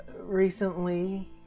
recently